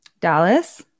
dallas